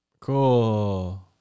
Cool